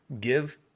give